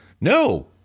no